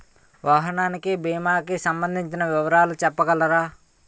వాహనానికి భీమా కి సంబందించిన వివరాలు చెప్పగలరా?